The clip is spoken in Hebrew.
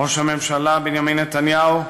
ראש הממשלה בנימין נתניהו,